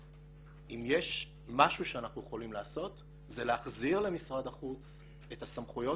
אם יש משהו שאנחנו יכולים לעשות זה להחזיר למשרד החוץ את הסמכויות